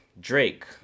Drake